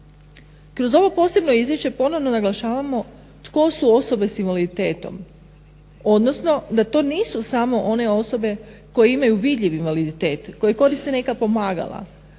Kroz ovo posebno izvješće ponovno naglašavamo tko su osobe s invaliditetom, odnosno da to nisu samo one osobe koje imaju vidljiv invaliditet, koje koriste neka pomagala,